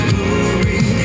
Glory